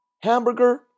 Hamburger